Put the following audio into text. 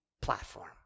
platform